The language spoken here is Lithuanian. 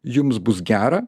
jums bus gera